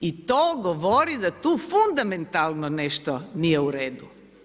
I to govori da tu fundamentalno nešto nije u redu.